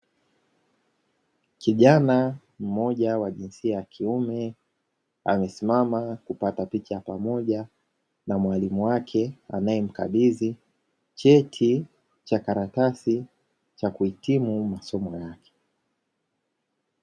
Kijana mmoja wa jinsia ya kiume amesimama, akipata picha ya pamoja na mwalimu wake anayemkabidhi cheti cha karatasi cha kuhitimu masomo yake.